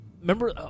Remember